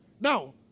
Now